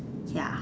ya